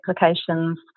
applications